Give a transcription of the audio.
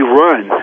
run